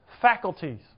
faculties